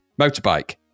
motorbike